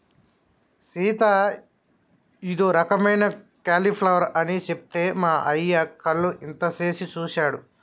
సీత ఇదో రకమైన క్యాలీఫ్లవర్ అని సెప్తే మా అయ్య కళ్ళు ఇంతనేసి సుసాడు